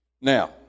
Now